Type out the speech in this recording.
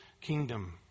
kingdom